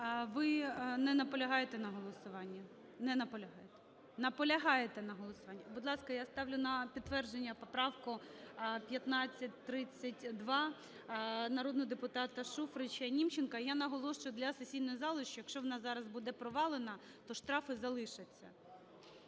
Наполягаєте на голосуванні. Будь ласка, я ставлю на підтвердження поправку 1532 народного депутата Шуфрича, Німченка. Я наголошую для сесійної зали, що якщо вона зараз буде провалена, то штрафи залишаться.